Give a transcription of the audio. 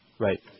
Right